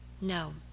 No